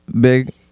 big